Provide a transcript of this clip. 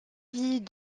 ville